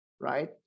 right